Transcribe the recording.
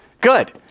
good